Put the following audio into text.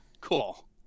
cool